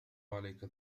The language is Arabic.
عليك